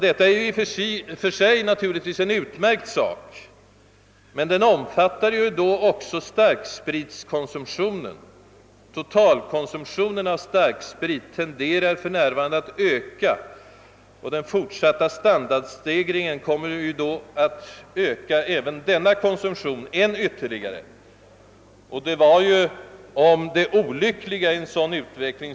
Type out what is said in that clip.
Det är i och för sig utmärkt, men denna standardhöjning ger då också utrymme för en höjd starkspritkonsumtion. Totalkonsumtionen av starksprit tenderar för närvarande att öka, och den fortsatta standardstegringen kommer då att öka även denna konsumtion ytterligare. Jag tror att det råder stor enighet om det olyckliga i en sådan utveckling.